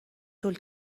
طول